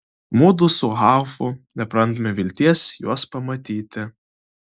mudu su haufu neprarandame vilties juos pamatyti